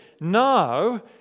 Now